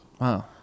Wow